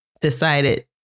decided